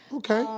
okay.